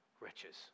riches